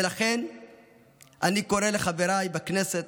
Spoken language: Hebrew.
ולכן אני קורא לחבריי בכנסת,